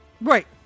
Right